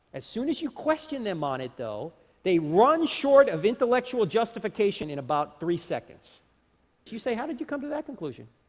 as soon as you question them on it, though they run short of intellectual justification in about three seconds you say how did you come to that conclusion?